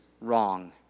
wrong